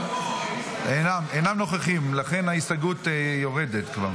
אינם נוכחים, לכן ההסתייגות יורדת.